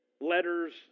Letters